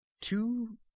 two